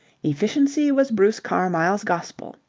efficiency was bruce carmyle's gospel.